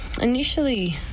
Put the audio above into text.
Initially